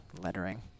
lettering